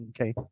Okay